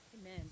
Amen